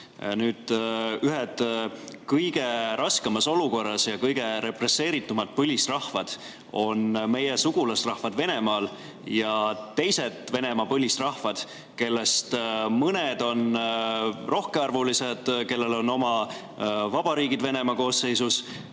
Ühed kõige raskemas olukorras ja kõige represseeritumad põlisrahvad on meie sugulasrahvad Venemaal ja teised Venemaa põlisrahvad. Neist mõned on rohkearvulised, kellel on oma vabariigid Venemaa koosseisus.